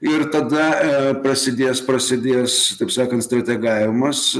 ir tada a prasidės prasidės taip sakant strategavimas